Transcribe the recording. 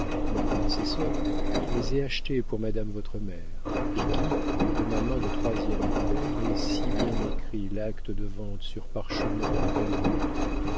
mon prédécesseur les ai achetés pour madame votre mère et qui de ma main de troisième clerc ai si bien écrit l'acte de vente sur parchemin en belle ronde